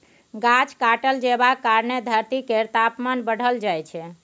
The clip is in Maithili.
गाछ काटल जेबाक कारणेँ धरती केर तापमान बढ़ल जाइ छै